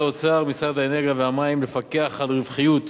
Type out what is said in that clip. האוצר ומשרד האנרגיה והמים לפקח על רווחיות